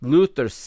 Luther